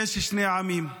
יש שני עמים.